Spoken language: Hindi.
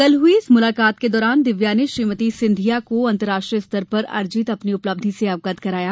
कल हुई इस मुलाकात के दौरान दिव्या ने श्रीमती सिंधिया को अंतर्राष्ट्रीय स्तर पर अर्जित अपनी उपलब्धि से अवगत कराया